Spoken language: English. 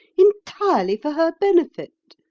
entirely for her benefit.